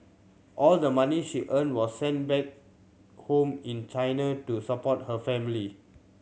all the money she earned was sent back home in China to support her family